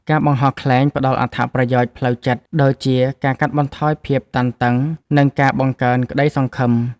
ការបង្ហោះខ្លែងផ្ដល់អត្ថប្រយោជន៍ផ្លូវចិត្ត ដូចជាការកាត់បន្ថយភាពតានតឹង និងការបង្កើនក្តីសង្ឃឹម។